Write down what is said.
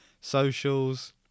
Socials